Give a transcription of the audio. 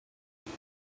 they